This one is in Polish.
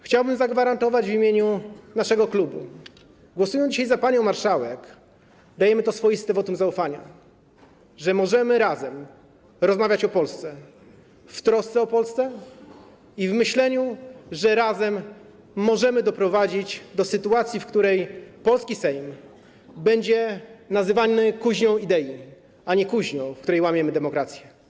Chciałbym zagwarantować w imieniu naszego klubu, że głosując dzisiaj za panią marszałek, udzielamy tego swoistego wotum zaufania, że możemy razem rozmawiać o Polsce, w trosce o Polskę, że razem możemy doprowadzić do sytuacji, w której polski Sejm będzie nazywany kuźnią idei, a nie kuźnią, w której łamiemy demokrację.